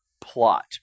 plot